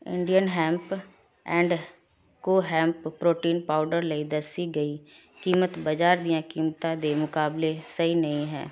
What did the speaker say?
Indian Hemp and Co hemp protein powder ਲਈ ਦੱਸੀ ਗਈ ਕੀਮਤ ਬਾਜ਼ਾਰ ਦੀਆਂ ਕੀਮਤਾਂ ਦੇ ਮੁਕਾਬਲੇ ਸਹੀ ਨਹੀਂ ਹੈ